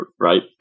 right